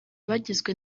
bagizwe